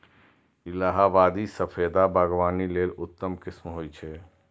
इलाहाबादी सफेदा बागवानी लेल उत्तम किस्म होइ छै